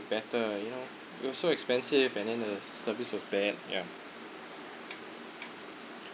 better you know it was so expensive and then the service was bad ya